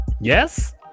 yes